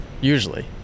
usually